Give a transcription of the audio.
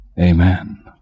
amen